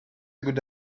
good